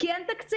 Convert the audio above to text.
כי אין תקציב.